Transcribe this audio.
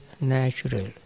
natural